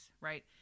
right